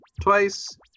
twice